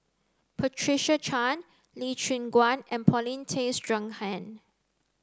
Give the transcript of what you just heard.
Patricia Chan Lee Choon Guan and Paulin Tay Straughan